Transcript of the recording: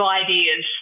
ideas